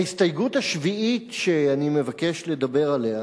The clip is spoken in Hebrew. ההסתייגות השביעית שאני מבקש לדבר עליה